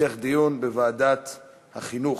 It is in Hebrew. להמשך דיון בוועדת החינוך.